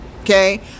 okay